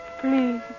please